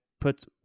puts